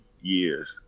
years